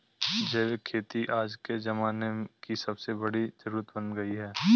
जैविक खेती आज के ज़माने की सबसे बड़ी जरुरत बन गयी है